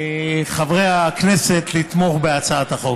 מחברי הכנסת לתמוך בהצעת החוק.